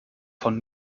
von